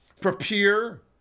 Prepare